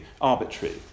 arbitrary